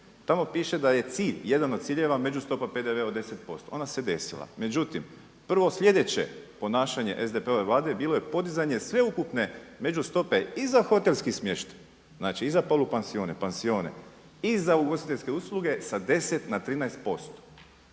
Tamo piše da je jedan od ciljeva međustopa PDV-a od 10% ona se desila. Međutim prvo sljedeće ponašanje SDP-ove vlade bilo je podizanje sveukupne međustope i za hotelski smještaj znači i za polupansione, pansione, i za ugostiteljske usluge sa 10 na 13%.